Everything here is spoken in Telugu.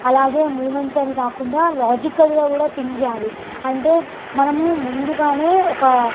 అలాగే మూమెంట్స్ అని కాకుండా లాజికల్గా కూడా థింక్ చేయాలి అంటే మనము ముందుగానే ఒక